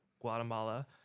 Guatemala